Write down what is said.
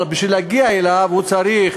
אבל בשביל להגיע אליו הוא צריך